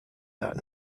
that